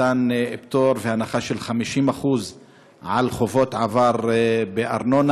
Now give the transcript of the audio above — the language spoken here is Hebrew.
של מתן פטור והנחה של 50% על חובות עבר בארנונה,